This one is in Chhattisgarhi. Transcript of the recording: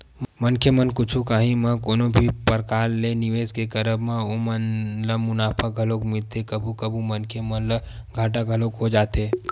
मनखे मन कुछु काही म कोनो भी परकार के निवेस के करब म ओमन ल मुनाफा घलोक मिलथे कभू कभू मनखे मन ल घाटा घलोक हो जाथे